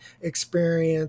experience